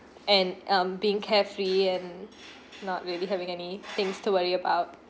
and um being carefree and not really having any things to worry about